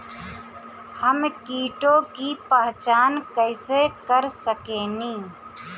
हम कीटों की पहचान कईसे कर सकेनी?